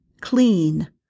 clean